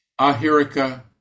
ahirika